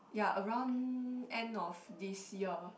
ya around end of this year